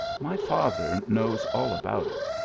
my father knows all about it.